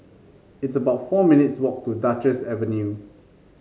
it's about four minutes' walk to Duchess Avenue